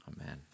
Amen